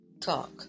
talk